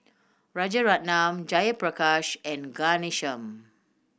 Rajaratnam Jayaprakash and Ghanshyam